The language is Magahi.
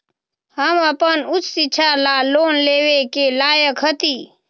हम अपन उच्च शिक्षा ला लोन लेवे के लायक हती?